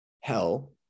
hell